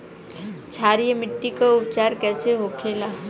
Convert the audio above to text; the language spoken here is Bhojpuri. क्षारीय मिट्टी का उपचार कैसे होखे ला?